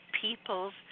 people's